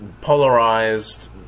polarized